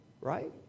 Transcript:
right